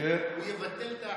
הוא יבטל את ההחלטה,